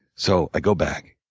so i go back.